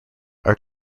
are